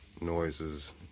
noises